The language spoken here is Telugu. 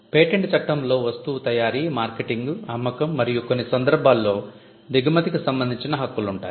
పేటెంట్ చట్టంలో వస్తువు తయారీ మార్కెటింగ్ అమ్మకం మరియు కొన్ని సందర్భాల్లో దిగుమతికి సంబంధించిన హక్కులుంటాయి